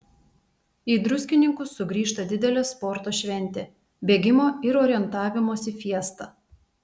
į druskininkus sugrįžta didelė sporto šventė bėgimo ir orientavimosi fiesta